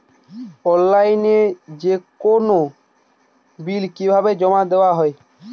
অনলাইনে যেকোনো বিল কিভাবে জমা দেওয়া হয়?